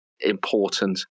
important